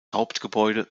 hauptgebäude